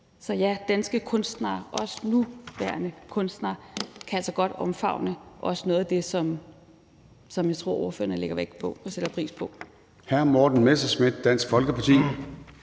Så ja, danske kunstnere, også nuværende kunstnere, kan altså også godt omfavne noget af det, som jeg tror at ordføreren lægger vægt på og sætter pris på.